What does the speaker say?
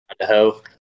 Idaho